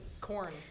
Corn